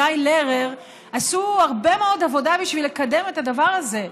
גיא לרר עשו הרבה מאוד עבודה בשביל לקדם את הדבר הזה.